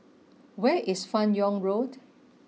where is Fan Yoong Road